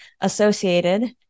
associated